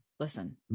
Listen